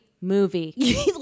movie